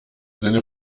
sinne